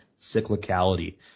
cyclicality